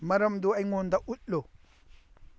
ꯃꯔꯝꯗꯨ ꯑꯩꯉꯣꯟꯗ ꯎꯠꯂꯨ